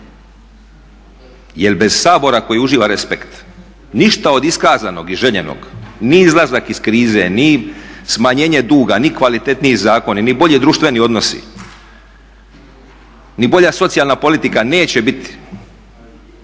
Jel bez Sabora koji uživa respekt ništa od iskazanog i željenog ni izlazak iz krize, ni smanjenje duga, ni kvalitetniji zakoni, ni bolji društveni odnosi, ni bolja socijalna politika neće biti